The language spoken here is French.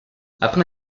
après